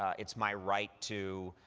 it's my right to.